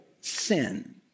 sin